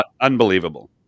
Unbelievable